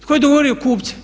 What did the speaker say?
Tko je dogovorio kupca?